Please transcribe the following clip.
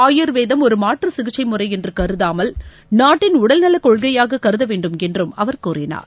ஆயுர்வேதம் ஒரு மாற்று சிகிச்சை முறை என்று கருதாமல் நாட்டின் உடல்நல கொள்கையாக கருதவேண்டும் என்றும் அவர் கூறினார்